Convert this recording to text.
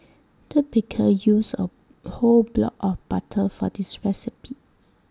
the baker used A whole block of butter for this recipe